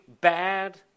bad